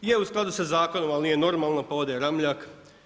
Je u skladu sa Zakonom, ali nije normalno, pa ode Ramljak.